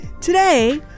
Today